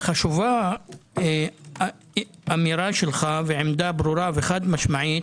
חשובה אמירתך ועמדה ברורה וחד משמעית,